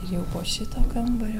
jau po šito kambario